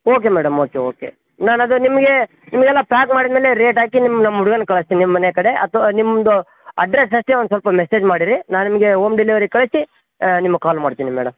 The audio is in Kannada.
ಓಕೆ ಮೇಡಮ್ ಓಕೆ ಓಕೆ ನಾನು ಅದನ್ನು ನಿಮಗೆ ನಿಮ್ಗೆಲ್ಲ ಪ್ಯಾಕ್ ಮಾಡಿದಮೇಲೆ ರೇಟ್ ಹಾಕಿ ನಿಮ್ಮ ನಮ್ಮ ಹುಡ್ಗನ ಕಳ್ಸ್ತಿನಿ ನಿಮ್ಮನೆ ಕಡೆ ಅಥವಾ ನಿಮ್ಮದು ಅಡ್ರೆಸ್ ಅಷ್ಟೆ ಒಂದು ಸ್ವಲ್ಪ ಮೆಸೇಜ್ ಮಾಡಿರಿ ನಾ ನಿಮಗೆ ಹೋಮ್ ಡೆಲಿವರಿ ಕಳಿಸಿ ನಿಮ್ಗೆ ಕಾಲ್ ಮಾಡ್ತೀನಿ ಮೇಡಮ್